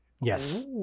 Yes